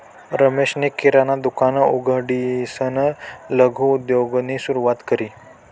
रमेशनी किराणा दुकान उघडीसन लघु उद्योगनी सुरुवात करी